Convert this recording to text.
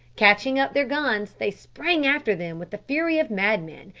catching up their guns they sprang after them with the fury of madmen,